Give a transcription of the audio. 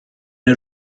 nhw